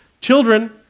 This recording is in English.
Children